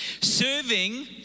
Serving